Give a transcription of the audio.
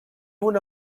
una